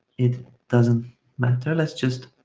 it doesn't matter. let's just